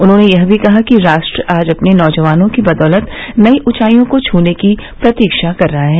उन्होंने यह भी कहा कि राष्ट्र आज अपने नौजवानों की बदौलत नई ऊंचाइयों को छूने की प्रतीक्षा कर रहा है